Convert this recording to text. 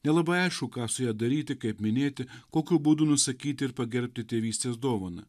nelabai aišku ką su ja daryti kaip minėti kokiu būdu nusakyti ir pagerbti tėvystės dovaną